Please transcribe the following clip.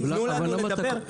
ייתנו לנו לדבר --- זה היה מזמן.